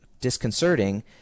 disconcerting